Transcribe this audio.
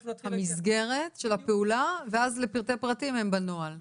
המסגרת של הפעולה ואז לפרטי פרטים הם בנוהל.